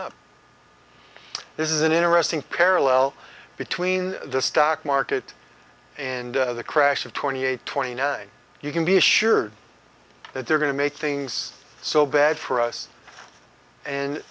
up this is an interesting parallel between the stock market and the crash of twenty eight twenty nine you can be assured that they're going to make things so bad for us and